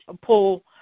pull